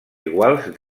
iguals